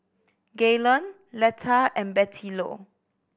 Gaylen Letta and Bettylou